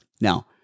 now